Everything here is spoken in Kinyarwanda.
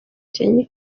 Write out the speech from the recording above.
kenya